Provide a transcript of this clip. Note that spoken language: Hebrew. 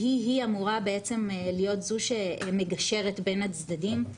שהיא אמורה בעצם להיות זו שמגשרת בין הצדדים.